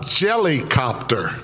jellycopter